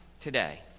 today